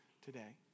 today